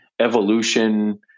evolution